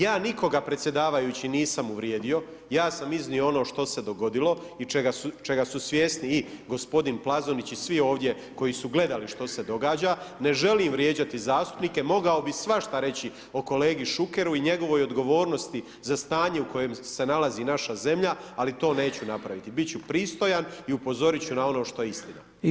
Ja nikoga predsjedavajući nisam uvrijedio, ja sam iznio ono što se dogodilo i čega su svjesni i gospodin Plazonić i svi ovdje koji su gledali što se događa, ne želim vrijeđati zastupnike, mogao bih svašta reći o kolegi Šukeru i njegovoj odgovornosti za stanje u kojem se nalazi naša zemlja, ali to neću napraviti, biti ću pristojan i upozoriti ću na ono što je istina.